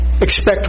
expect